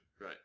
Right